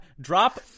drop